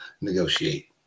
negotiate